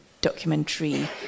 documentary